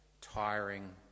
tiring